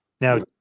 Now